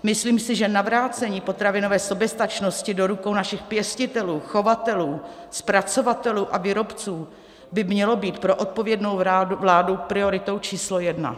Myslím si, že navrácení potravinové soběstačnosti do rukou našich pěstitelů, chovatelů, zpracovatelů a výrobců by mělo být pro odpovědnou vládu prioritou číslo jedna.